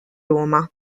roma